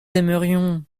aimerions